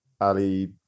Ali